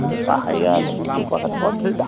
এই পাহাৰীয়া নদীবোৰ